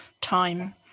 time